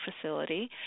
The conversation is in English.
facility